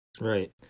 Right